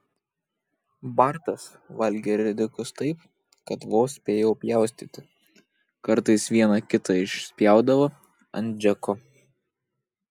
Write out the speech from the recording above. bartas valgė ridikus taip kad vos spėjau pjaustyti kartais vieną kitą išspjaudavo ant džeko